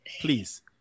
please